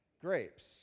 grapes